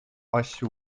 asju